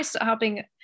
helping